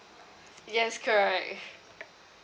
yes correct